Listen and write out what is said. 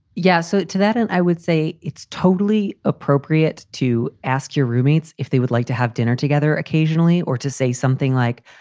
yeah. so to that and i would say it's totally appropriate to ask your roommates if they would like to have dinner together occasionally or to say something like,